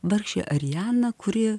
vargšė ariana kuri